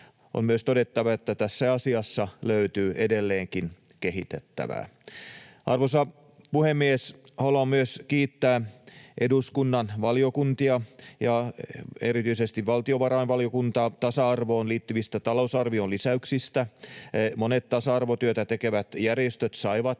on myös todettava, että tässä asiassa löytyy edelleenkin kehitettävää. Arvoisa puhemies! Haluan myös kiittää eduskunnan valiokuntia ja erityisesti valtiovarainvaliokuntaa tasa-arvoon liittyvistä talousarvion lisäyksistä. Monet tasa-arvotyötä tekevät järjestöt saivat